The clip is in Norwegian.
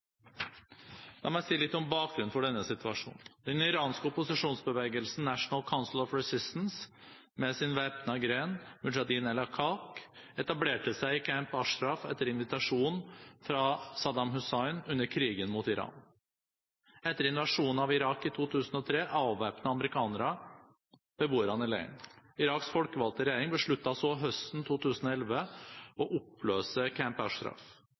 La meg si litt om bakgrunnen for denne situasjonen. Den iranske opposisjonsbevegelsen National Council of Resistance med sin væpnede gren Mojahedin-e-Khalq etablerte seg i Camp Ashraf etter invitasjon fra Saddam Hussein under krigen mot Iran. Etter invasjonen av Irak i 2003 avvæpnet amerikanerne beboerne i leiren. Iraks folkevalgte regjering besluttet så høsten 2011 å oppløse